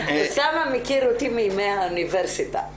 אוסאמה מכיר אותי מימי האוניברסיטה.